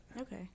okay